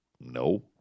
No